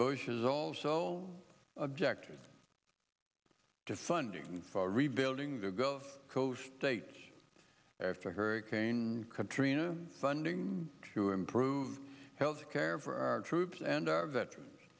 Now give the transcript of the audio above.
bush is also objected to funding for rebuilding the gulf coast states after hurricane katrina funding to improve health care for our troops and our veterans